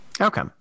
Okay